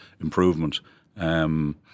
improvement